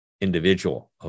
individual